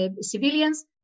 civilians